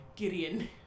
Gideon